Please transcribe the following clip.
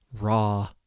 raw